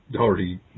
already